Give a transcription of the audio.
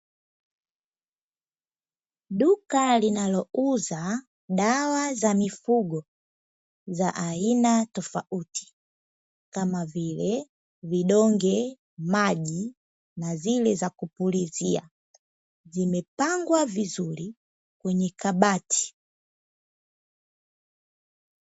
Duka linalouza dawa za mifugo za aina tofauti kama vile; vidonge, maji na zile za kupulizia zimepangwa vizuri kwenye kabati.